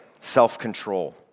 self-control